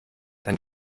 dann